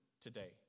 today